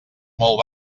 molt